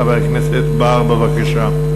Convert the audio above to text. חבר הכנסת בר, בבקשה.